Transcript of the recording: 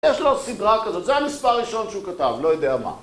יש לו סידרה כזאת, זה המספר הראשון שהוא כתב, לא יודע מה.